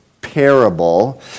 parable